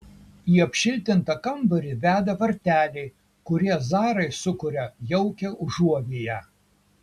į apšiltintą kambarį veda varteliai kurie zarai sukuria jaukią užuovėją